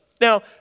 Now